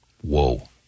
Whoa